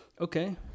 Okay